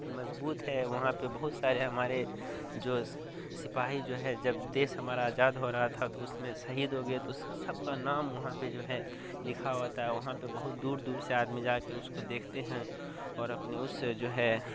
مضبوط ہے وہاں پہ بہت سارے ہمارے جو سپاہی جو ہے جب دیش ہمارا آزاد ہو رہا تھا تو اس میں شہید ہو گئے تو اس سب کا نام وہاں پہ جو ہے لکھا ہوتا ہے وہاں پہ بہت دور دور سے آدمی جا کے اس کو دیکھتے ہیں اور اپنے اس جو ہے